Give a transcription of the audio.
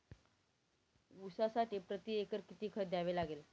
ऊसासाठी प्रतिएकर किती खत द्यावे लागेल?